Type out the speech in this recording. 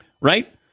Right